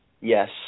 yes